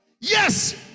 Yes